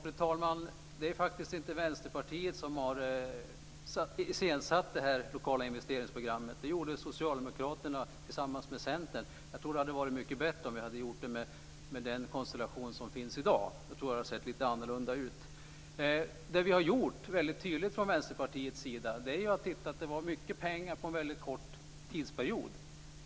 Fru talman! Det är faktiskt inte Vänsterpartiet som har iscensatt det lokala investeringsprogrammet - det gjorde Socialdemokraterna tillsammans med Centern. Jag tror att det hade varit mycket bättre om den konstellation som finns i dag hade gjort det. Då tror jag att det hade sett lite annorlunda ut. Från Vänsterpartiet har vi väldigt tydligt markerat att vi har ansett att det var mycket pengar på en kort tidsperiod.